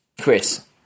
Chris